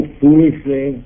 foolishly